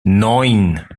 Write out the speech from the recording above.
neun